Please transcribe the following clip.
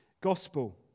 gospel